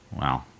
Wow